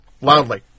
loudly